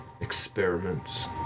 experiments